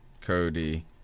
Cody